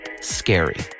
scary